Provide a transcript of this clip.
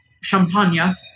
champagne